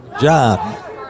job